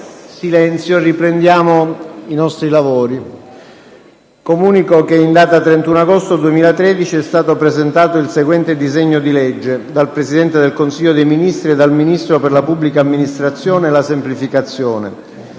"Il link apre una nuova finestra"). Comunico che, in data 31 agosto 2013, è stato presentato il seguente disegno di legge: *dal Presidente del Consiglio dei ministri e dal Ministro per la pubblica amministrazione e la semplificazione:*